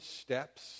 steps